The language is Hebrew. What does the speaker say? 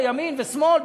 לימין ושמאל,